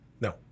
No